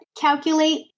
calculate